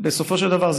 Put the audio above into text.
בסופו של דבר,